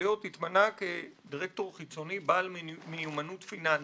מרגליות התמנה כדירקטור חיצוני בעל מיומנות פיננסית.